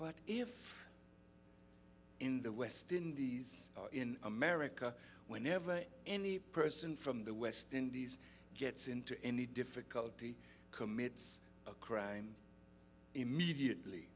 but if in the west indies in america whenever any person from the west indies gets into any difficulty commits a crime immediately